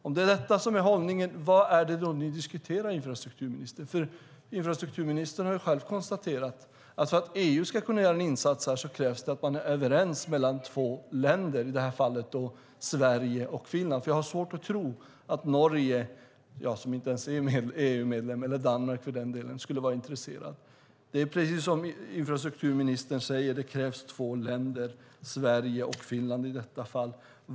Om detta är hållningen, vad är det då som ni diskuterar, infrastrukturministern? Infrastrukturministern har själv konstaterat att det för att EU ska kunna göra en insats här krävs att man är överens mellan två länder, i detta fall Sverige och Finland. Jag har nämligen svårt att tro att Norge, som inte ens är EU-medlem, eller Danmark skulle vara intresserade. Precis som infrastrukturministern säger krävs det två länder, Sverige och Finland, i detta fall.